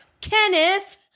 kenneth